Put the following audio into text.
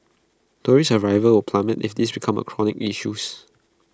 tourist arrivals plummet if this becomes A chronic issues